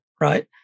right